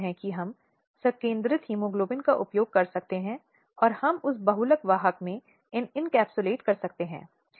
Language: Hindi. जहां यह भावनात्मक या मनोवैज्ञानिक हिंसा का रंग लेता है